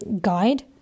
guide